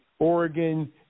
Oregon